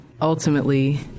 ultimately